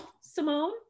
Simone